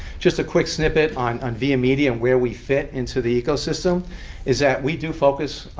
just a quick snippet on on viamedia and where we fit into the ecosystem is that we do focus,